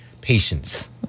patience